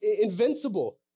invincible